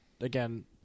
again